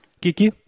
Kiki